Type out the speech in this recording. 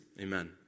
Amen